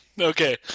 Okay